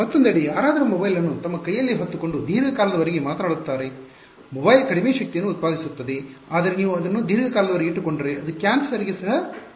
ಮತ್ತೊಂದೆಡೆ ಯಾರಾದರೂ ಮೊಬೈಲ್ ಅನ್ನು ತಮ್ಮ ಕೈಯಲ್ಲಿ ಹೊತ್ತುಕೊಂಡು ದೀರ್ಘಕಾಲದವರೆಗೆ ಮಾತನಾಡುತ್ತಾರೆ ಮೊಬೈಲ್ ಕಡಿಮೆ ಶಕ್ತಿಯನ್ನು ಉತ್ಪಾದಿಸುತ್ತದೆ ಆದರೆ ನೀವು ಅದನ್ನು ದೀರ್ಘಕಾಲದವರೆಗೆ ಇಟ್ಟುಕೊಂಡರೆ ಅದು ಕ್ಯಾನ್ಸರ್ ಗೆ ಸಹ ಕಾರಣವಾಗಿದೆ